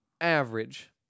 average